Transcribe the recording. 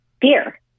fear